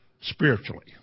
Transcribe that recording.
spiritually